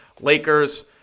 Lakers—